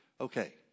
okay